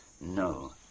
No